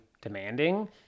demanding